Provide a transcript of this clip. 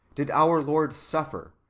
did our lord suffer,